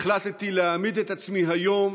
החלטתי להעמיד את עצמי היום